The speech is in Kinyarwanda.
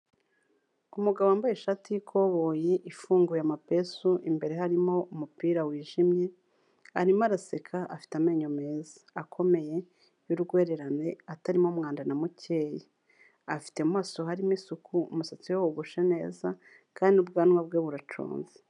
Ku mugabo wambaye ishati y'ikoboyi ifunguye amapesu, imbere harimo umupira wijimye, arimo araseka afite amenyo meza, akomeye, y'urwererane, atarimo umwanda na mukeye, afite mu maso harimo isuku, umusatsi ya wogosha neza, kandi ubwanwa bwe buraconze.